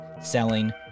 selling